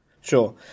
Sure